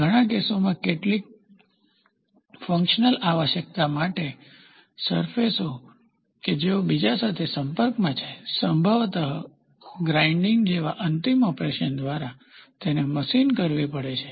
ઘણા કેસોમાં કેટલીક ફ્કશનલ આવશ્યકતા માટે સરફેસ ઓ કે જેઓ એકબીજા સાથે સંપર્કમાં છે સંભવત ગ્રાઇન્ડીંગ જેવા અંતિમ ઓપરેશન દ્વારા તેને મશીન કરાવી પડે છે